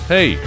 Hey